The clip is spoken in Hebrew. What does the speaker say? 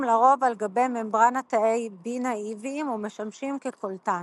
לרוב על-גבי ממברנת תאי B נאיביים ומשמשים כקולטן